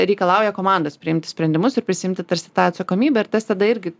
reikalauja komandos priimti sprendimus ir prisiimti tarsi tą atsakomybę ir tas tada irgi